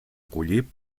collir